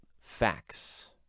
facts